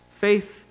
Faith